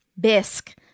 bisque